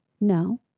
No